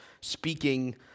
speaking